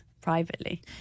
privately